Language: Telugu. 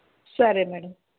సరే మేడం